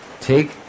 take